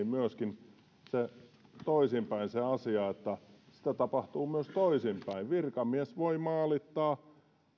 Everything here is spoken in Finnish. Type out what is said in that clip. myöskin se asia toisinpäin jos te tätä aloitetta lisää sorvaatte sitä tapahtuu myös toisinpäin virkamies voi maalittaa